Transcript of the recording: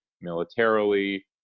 militarily